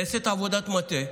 נעשית עבודת מטה.